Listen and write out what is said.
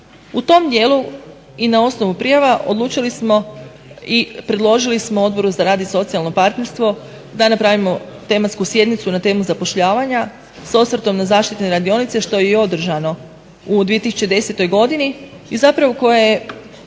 U tom dijelu i na osnovu prijava odlučili smo i predložili smo Odboru za rad i socijalno partnerstvo da napravimo tematsku sjednicu na temu zapošljavanja s osvrtom na zaštitne radionice što je i održano u 2010. godini i zapravo iz koje se